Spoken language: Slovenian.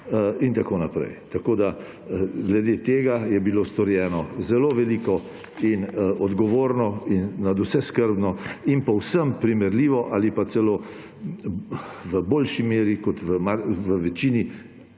in tako naprej. Tako je glede tega bilo storjeno zelo veliko in odgovorno in nadvse skrbno in povsem primerljivo ali pa celo v boljši meri kot v večini